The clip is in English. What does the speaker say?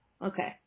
Okay